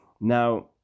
Now